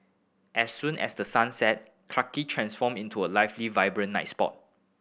as soon as the sun set Clarke Quay transform into a lively vibrant night spot